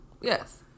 Yes